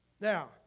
Now